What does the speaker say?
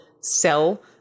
sell